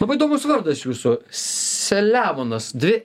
labai įdomus vardas jūsų selemonas dvi